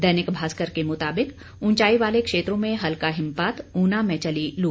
दैनिक भास्कर के मुताबिक उंचाई वाले क्षेत्रों में हल्का हिमपात ऊना में चली लू